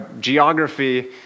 geography